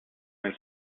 nel